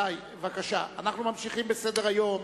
בבקשה, אנחנו ממשיכים בסדר-היום.